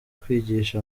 kwigisha